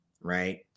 right